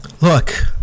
Look